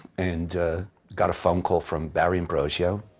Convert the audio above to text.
and got a phone call from barry ambrosio,